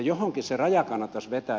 johonkin se raja kannattaisi vetää